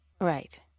Right